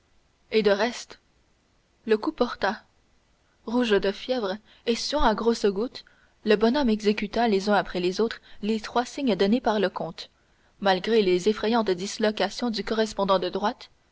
et de reste le coup porta rouge de fièvre et suant à grosses gouttes le bonhomme exécuta les uns après les autres les trois signes donnés par le comte malgré les effrayantes dislocations du correspondant de droite